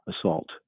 assault